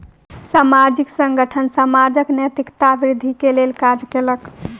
सामाजिक संगठन समाजक नैतिकता वृद्धि के लेल काज कयलक